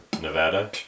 Nevada